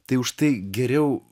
tai už tai geriau